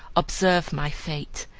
observe my fate!